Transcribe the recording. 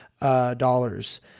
dollars